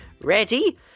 Ready